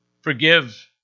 forgive